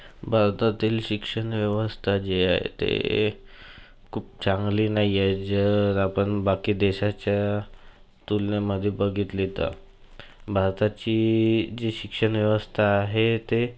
भारतातील शिक्षणव्यवस्था जी आहे ती खूप चांगली नाही आहे जर आपण बाकी देशाच्या तुलनेमध्ये बघितली तर भारताची जी शिक्षणव्यवस्था आहे ती